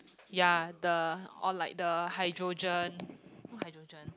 ya the or like the hydrogen hydrogen